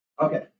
Okay